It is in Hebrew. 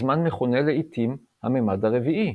הזמן מכונה לעיתים 'הממד הרביעי'.